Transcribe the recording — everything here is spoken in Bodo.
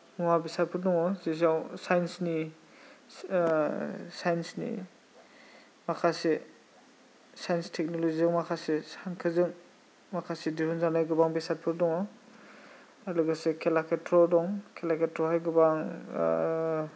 मुवा बेसादफोर दङ जेराव साइन्सनि साइन्सनि माखासे साइन्स टेक्न'लजियाव माखासे सानखोजों माखासे दिहुनजानाय गोबां बेसादफोर दङ आरो लोगोसे कलाक्षेत्र' दं कलाक्षेत्र'आवहाय गोबां